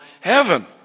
heaven